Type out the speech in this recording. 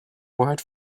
wait